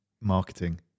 marketing